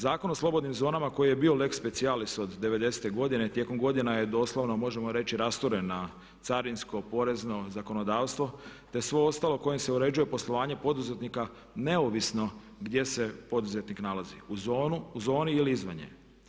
Zakon o slobodnim zonama koji je lex specialis od 90.te godine tijekom godina je doslovno možemo reći rasturan na carinsko, porezno zakonodavstvo te sve ostalo kojim se uređuje poslovanje poduzetnika neovisno gdje se poduzetnik nalazi, u zoni ili izvan nje.